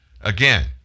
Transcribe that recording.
Again